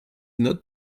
not